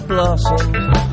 Blossoms